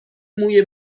موی